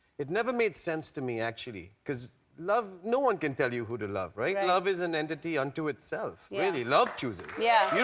it never made sense to me, actually, because love no one can tell you who to love, right? love is an entity unto itself. really, love chooses. yeah you